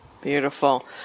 Beautiful